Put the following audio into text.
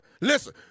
Listen